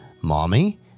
Mommy